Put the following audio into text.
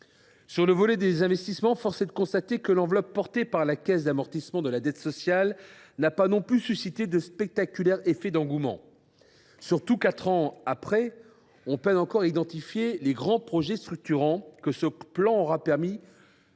Sur le volet des investissements, force est de constater que l’enveloppe portée par la Caisse d’amortissement de la dette sociale (Cades) n’a pas non plus suscité de spectaculaires effets d’engouement. Surtout, quatre ans après, on peine encore à identifier les grands projets structurants que ce plan aura permis,